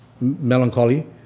melancholy